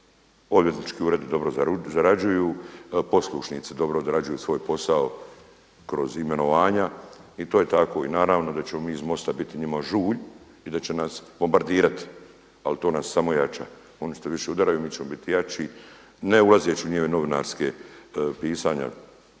odvjetnički uredi dobro zarađuju, poslušnici dobro odrađuju svoj posao kroz imenovanja i to je tako. I naravno da ćemo mi iz MOSTA biti njima žulj i da će nas bombardirati, ali to nas samo jača. Oni što više udaraju mi ćemo biti jači ne ulazeći u njihove novinarske pisanja